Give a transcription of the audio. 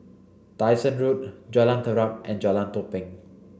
Dyson Road Jalan Terap and Jalan Tepong